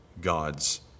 God's